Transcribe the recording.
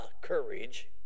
courage